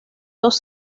dos